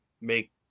make